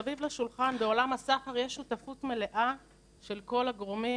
מסביב לשולחן בעולם הסחר יש שותפות מלאה של כל הגורמים,